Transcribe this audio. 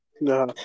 no